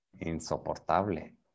Insoportable